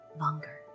longer